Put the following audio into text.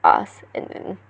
us and then